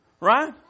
right